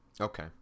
okay